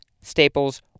staples